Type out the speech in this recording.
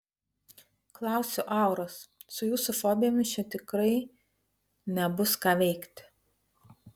klausiu auros su jūsų fobijomis čia tikrai nebus ką veikti